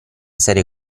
serie